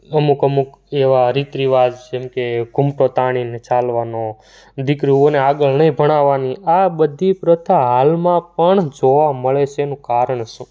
અમુક અમુક એવા રીત રિવાજ જેમકે ઘુંઘટો તાણીને ચાલવાનો દીકરીઓને આગળ નહીં ભણાવાની આ બધી પ્રથા હાલમાં પણ જોવા મળે છે એનું કારણ શું